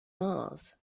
mars